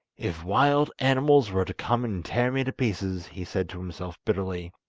if wild animals were to come and tear me to pieces he said to himself bitterly,